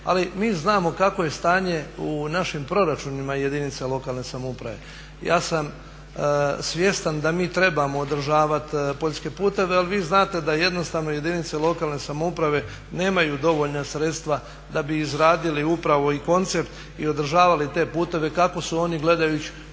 ali mi znamo kakvo je stanje u našim proračunima jedinica lokalne samouprave. Ja sam svjestan da mi trebamo održavati poljske puteve, ali vi znate da jednostavno jedinice lokalne samouprave nemaju dovoljna sredstva da bi izradili upravo i koncept i održavali te puteve kako su oni gledajuć